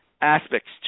aspects